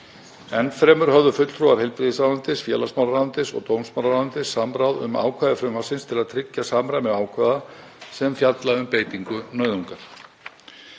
Enn fremur höfðu fulltrúar heilbrigðisráðuneytis, félagsmálaráðuneytis og dómsmálaráðuneytis samráð um ákvæði frumvarpsins til að tryggja samræmi ákvæða sem fjalla um beitingu nauðungar.